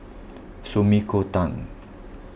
Sumiko Tan